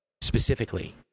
specifically